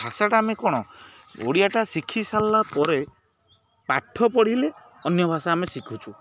ଭାଷାଟା ଆମେ କ'ଣ ଓଡ଼ିଆଟା ଶିଖିସାରିଲା ପରେ ପାଠ ପଢ଼ିଲେ ଅନ୍ୟ ଭାଷା ଆମେ ଶିଖୁଛୁ